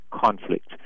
conflict